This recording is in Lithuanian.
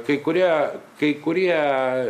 kai kurie kai kurie